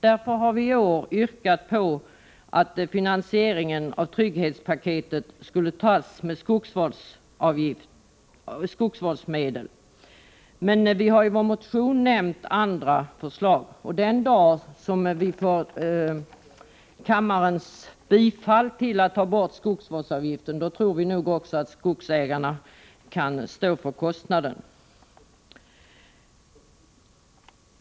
Därför har vi i år yrkat på att finansieringen av trygghetspaketet skall ske med skogsvårdsmedel. Men vi har i vår motion nämnt andra förslag. Den dag som vi får kammarens bifall till att ta bort skogsvårdsavgiften, tror vi att skogsägarna själva kan stå för kostnaden.